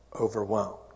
overwhelmed